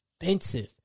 expensive